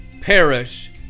perish